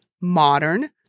modern